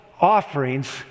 offerings